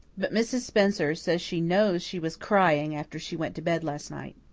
but mrs. spencer says she knows she was crying after she went to bed last night.